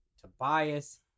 Tobias